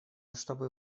чтобы